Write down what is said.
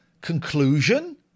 conclusion